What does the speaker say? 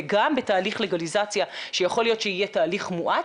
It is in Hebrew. וגם בתהליך לגליזציה שיכול להיות שיהיה תהליך מואץ,